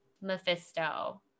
Mephisto